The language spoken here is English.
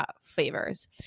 favors